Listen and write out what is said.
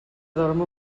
dormo